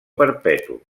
perpetu